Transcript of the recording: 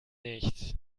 nicht